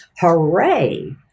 Hooray